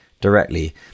directly